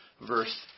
verse